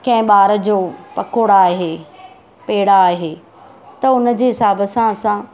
कंहिं ॿार जो पकोड़ा आहे पेड़ा आहे त हुनजे हिसाबु सां असां